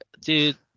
dude